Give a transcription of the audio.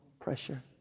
pressure